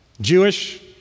Jewish